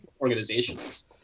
organizations